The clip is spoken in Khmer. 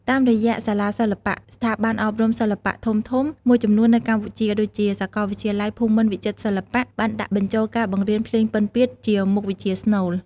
តាមរយៈសាលាសិល្បៈ ស្ថាប័នអប់រំសិល្បៈធំៗមួយចំនួននៅកម្ពុជា ដូចជាសាកលវិទ្យាល័យភូមិន្ទវិចិត្រសិល្បៈ បានដាក់បញ្ចូលការបង្រៀនភ្លេងពិណពាទ្យជាមុខវិជ្ជាស្នូល។